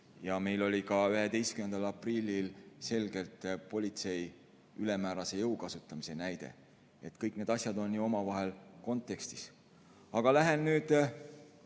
Meil oli ka 11. aprillil selgelt politsei ülemäärase jõu kasutamise näide. Kõik need asjad on kontekstis. Aga lähen nüüd